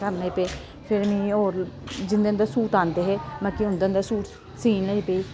फिर मिगी और जिंदे जिंदे सूट आंदे हे मतलव कि उंदे उंदे सूट सीह्न लग्गी पेई